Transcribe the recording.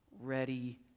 ready